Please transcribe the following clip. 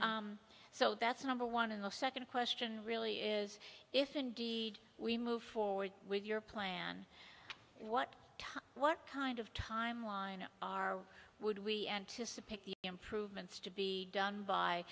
so that's number one in the second question really is if indeed we move forward with your plan what time what kind of timeline are would we anticipate the improvements to be done by